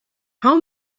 how